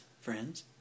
friends